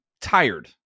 tired